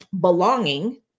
belonging